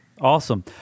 Awesome